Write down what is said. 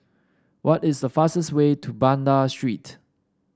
what is the fastest way to Banda Street